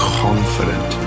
confident